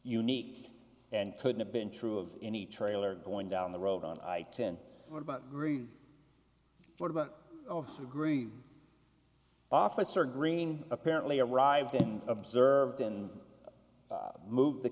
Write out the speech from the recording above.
unique and could have been true of any trailer going down the road on i ten what about what about o c agree officer green apparently arrived and observed and move the